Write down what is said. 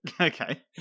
Okay